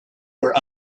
were